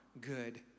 good